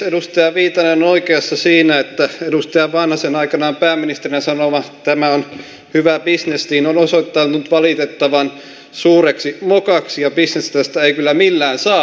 edustaja viitanen on oikeassa siinä että edustaja vanhasen aikanaan pääministerinä sanoma tämä on hyvä bisnes on osoittautunut valitettavan suureksi mokaksi ja bisnestä tästä ei kyllä millään saa